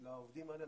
לעובדים האלה,